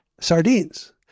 sardines